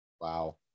Wow